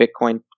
Bitcoin